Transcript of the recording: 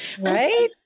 right